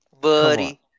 buddy